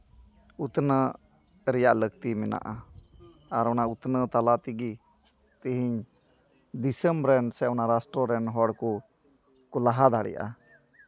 ᱩᱛᱱᱟᱹᱜ ᱨᱮᱭᱟᱜ ᱞᱟᱹᱠᱛᱤ ᱢᱮᱱᱟᱜᱼᱟ ᱟᱨ ᱚᱱᱟ ᱩᱛᱱᱟᱹᱣ ᱛᱟᱞᱟ ᱛᱮᱜᱤ ᱛᱮᱦᱮᱧ ᱫᱤᱥᱚᱢ ᱨᱮᱱ ᱥᱮ ᱚᱱᱟ ᱨᱟᱥᱴᱨᱚ ᱨᱮᱱ ᱦᱚᱲ ᱠᱚ ᱠᱚ ᱞᱟᱦᱟ ᱫᱟᱲᱮᱭᱟᱜᱼᱟ